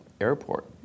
airport